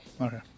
Okay